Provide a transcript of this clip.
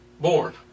born